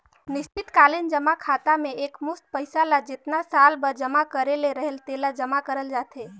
निस्चित कालीन जमा खाता में एकमुस्त पइसा ल जेतना साल बर जमा करे ले रहेल तेला जमा करल जाथे